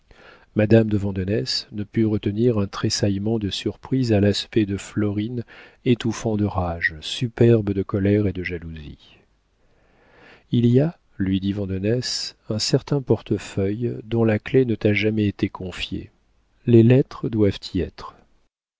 madame de vandenesse ne put retenir un tressaillement de surprise à l'aspect de florine étouffant de rage superbe de colère et de jalousie il y a lui dit vandenesse un certain portefeuille dont la clef ne t'a jamais été confiée les lettres doivent y être